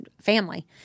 family